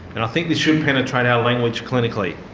and i think this should penetrate our language clinically.